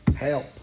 Help